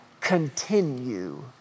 continue